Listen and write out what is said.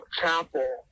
chapel